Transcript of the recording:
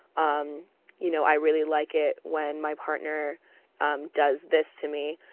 um you know, i really like it when my partner um does this to me.